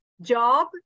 job